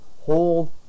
Hold